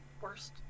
Worst